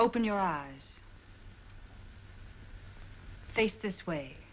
open your eyes face this way